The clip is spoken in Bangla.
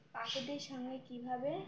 পাখিদের সঙ্গে কীভাবে